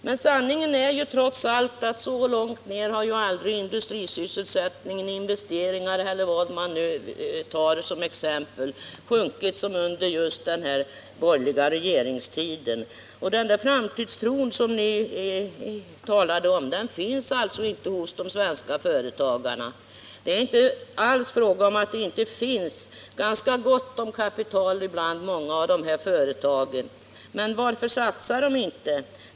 Men sanningen är trots allt att så långt ner har aldrig industrisysselsättningen, investeringarna eller vad man än tar sjunkit som under den borgerliga regeringstiden. Den där framtidstron som ni talade om finns alltså inte hos de svenska företagarna. Det är dock inte alls så att det inte finns ganska gott om kapital hos många av företagen, men varför satsar de inte?